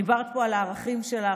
דיברת פה על הערכים שלך,